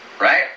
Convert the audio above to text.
right